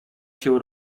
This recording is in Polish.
się